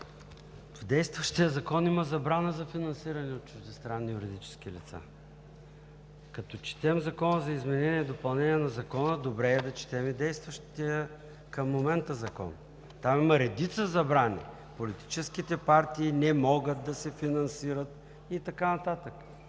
в действащия Закон има забрана за финансирането от чуждестранни юридически лица. Като четем Закона за изменение и допълнение на Закона, добре е да четем и действащия към момента закон. Там има редица забрани: „политическите партии не могат да се финансират...“ и така нататък.